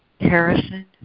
Harrison